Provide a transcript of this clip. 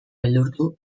beldurtu